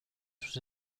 sus